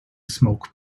smoke